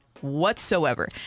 whatsoever